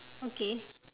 okay